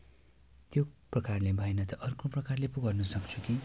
त्यो प्रकारले भएन त अर्को प्रकारले पो गर्न सक्छु कि